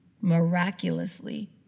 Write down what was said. miraculously